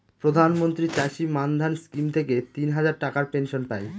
প্রধান মন্ত্রী চাষী মান্ধান স্কিম থেকে তিন হাজার টাকার পেনশন পাই